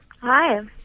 Hi